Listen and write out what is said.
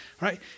right